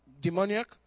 demoniac